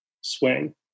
swing